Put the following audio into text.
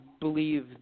believe